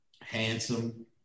handsome